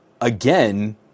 again